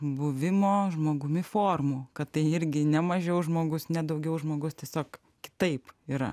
buvimo žmogumi formų kad tai irgi ne mažiau žmogus ne daugiau žmogus tiesiog kitaip yra